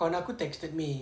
kawan aku texted me